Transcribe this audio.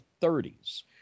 30s